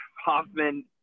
Hoffman